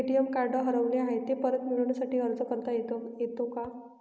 ATM card हरवले आहे, ते परत मिळण्यासाठी अर्ज करता येतो का?